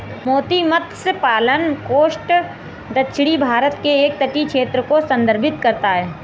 मोती मत्स्य पालन कोस्ट दक्षिणी भारत के एक तटीय क्षेत्र को संदर्भित करता है